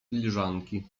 filiżanki